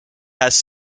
has